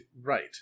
right